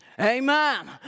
Amen